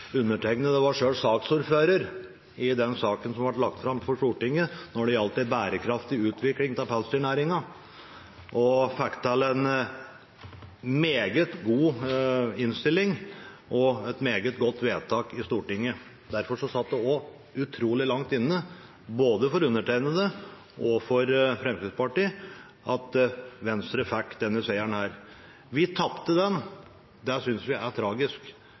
Undertegnede var selv saksordfører i den saken som ble lagt fram for Stortinget når det gjaldt en bærekraftig utvikling av pelsdyrnæringen og fikk til en meget god innstilling og et meget godt vedtak i Stortinget. Derfor satt det også utrolig langt inne både for undertegnede og for Fremskrittspartiet at Venstre fikk denne seieren. Vi tapte den – det synes vi er tragisk.